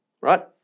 right